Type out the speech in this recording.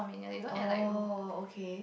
oh okay